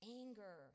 anger